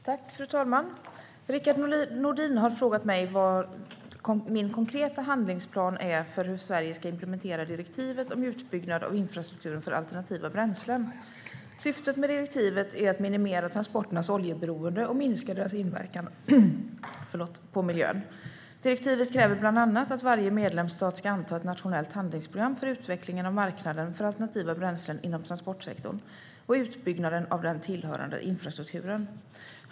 Fru talman! Rickard Nordin har frågat mig vad min konkreta handlingsplan är för hur Sverige ska implementera direktivet om utbyggnad av infrastrukturen för alternativa bränslen. Syftet med direktivet är att minimera transporternas oljeberoende och minska deras inverkan på miljön. Direktivet kräver bland annat att varje medlemsstat ska anta ett nationellt handlingsprogram för utvecklingen av marknaden för alternativa bränslen inom transportsektorn och utbyggnaden av den tillhörande infrastrukturen.